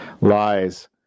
lies